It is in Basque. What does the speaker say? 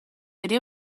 ere